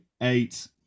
eight